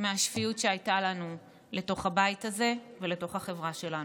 מהשפיות שהייתה לנו לתוך הבית הזה ולתוך החברה שלנו.